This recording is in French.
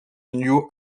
new